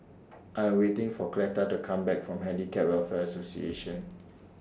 I'm waiting For Cleta to Come Back from Handicap Welfare Association